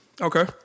Okay